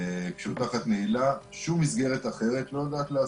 שהוא תחת נעילה, שום מסגרת אחרת לא יודעת לעשות.